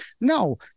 No